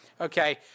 Okay